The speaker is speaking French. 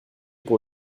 pour